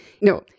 No